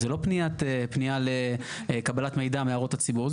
זה לא פנייה לקבלת מידע מהערות הציבור.